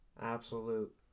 absolute